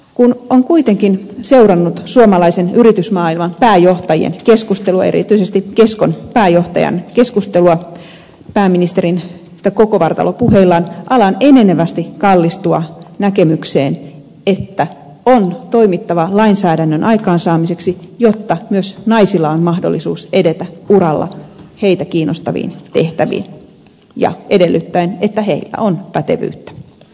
kun on kuitenkin seurannut suomalaisen yritysmaailman pääjohtajien keskustelua erityisesti keskon pääjohtajan keskustelua pääministerin kokovartalopuheillaan alan enenevästi kallistua näkemykseen että on toimittava lainsäädännön aikaansaamiseksi jotta myös naisilla on mahdollisuus edetä uralla heitä kiinnostaviin tehtäviin edellyttäen että heillä on pätevyyttä